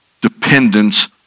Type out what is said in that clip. dependence